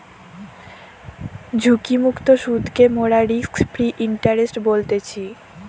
ঝুঁকিমুক্ত সুদকে মোরা রিস্ক ফ্রি ইন্টারেস্ট বলতেছি